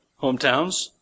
hometowns